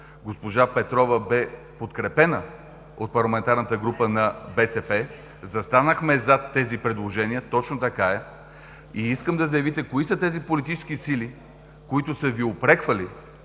Госпожа Петрова бе подкрепена от парламентарната група на БСП, застанахме зад тези предложения… (Реплики от ГЕРБ.) Точно така е. Искам да заявите кои са тези политически сили, които са Ви упреквали,